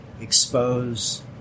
expose